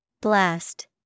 Blast